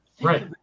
right